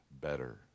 better